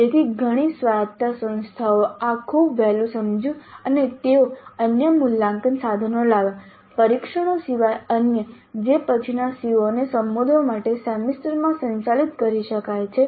તેથી ઘણી સ્વાયત્ત સંસ્થાઓએ આ ખૂબ વહેલું સમજ્યું અને તેઓ અન્ય મૂલ્યાંકન સાધનો લાવ્યા પરીક્ષણો સિવાય અન્ય જે પછીના CO ને સંબોધવા માટે સેમેસ્ટરમાં સંચાલિત કરી શકાય છે